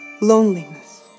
loneliness